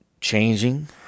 changing